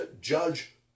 judge